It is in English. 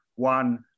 One